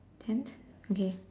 tent okay